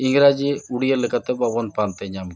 ᱤᱝᱨᱮᱡᱤ ᱩᱲᱭᱟᱹ ᱞᱮᱠᱟᱛᱮ ᱵᱟᱵᱚᱱ ᱯᱟᱱᱛᱮ ᱧᱟᱢ ᱠᱮᱭᱟ